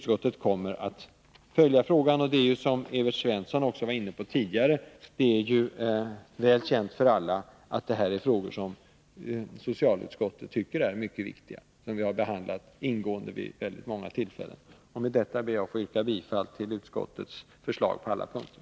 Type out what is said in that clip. Som Evert Svensson var inne på, är det väl känt för alla att detta är frågor som socialutskottet tycker är mycket viktiga och som vi har behandlat ingående vid flera tillfällen. Med detta ber jag att få yrka bifall till utskottets hemställan på alla punkter.